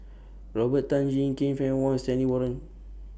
Robert Tan Jee Keng Fann Wong Stanley Warren